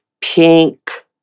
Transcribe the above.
pink